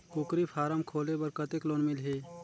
कूकरी फारम खोले बर कतेक लोन मिलही?